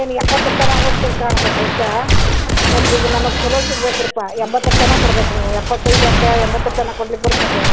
ಏನು ಎಪ್ಪತ್ತರ ತನಕ ಹೋಗತದೆ ಕಾಣ್ತದ ಬಹುಶಃ ಮತ್ತೀಗ ನಮ್ಗೆ ಚಲೋ ಸಿಗ್ಬೇಕು ರೀಪ್ಪ ಎಂಬತ್ತರ ತನಕ ಕೊಡ್ಬೇಕು ನೀವು ಎಪ್ಪತ್ತೈದು ಯಾಕೆ ಎಂಬತ್ತರ ತನಕ ಕೊಡ್ಲಿಕ್ಕೆ ಬರ್ತದೆ